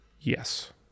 yes